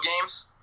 games